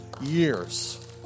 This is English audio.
years